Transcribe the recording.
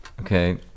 okay